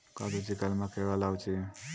काजुची कलमा केव्हा लावची?